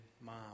mom